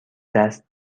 دست